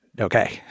okay